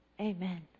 Amen